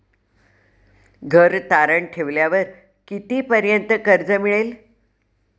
घर तारण ठेवल्यावर कितीपर्यंत कर्ज मिळेल?